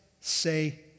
say